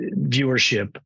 viewership